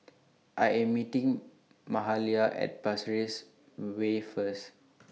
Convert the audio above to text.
I Am meeting Mahalia At Pasir Ris Way First